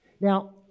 Now